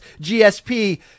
GSP